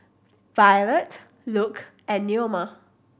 Violette Luke and Neoma